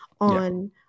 on